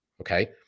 Okay